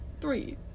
three